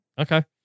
okay